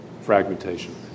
fragmentation